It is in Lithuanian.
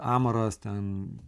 amaras ten